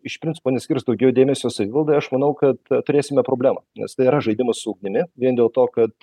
iš principo neskirs daugiau dėmesio savivaldai aš manau kad turėsime problemą nes tai yra žaidimas su ugnimi vien dėl to kad